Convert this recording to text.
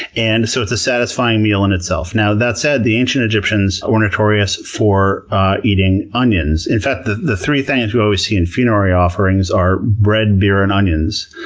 and so it's a satisfying meal in itself. now, that said, the ancient egyptians were notorious for eating onions. in fact, the the three things we always see in funerary offerings are bread, beer, and onions,